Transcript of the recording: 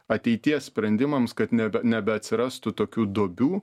ateities sprendimams kad nebe nebeatsirastų tokių duobių